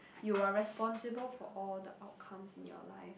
you are responsible for all the outcomes in your life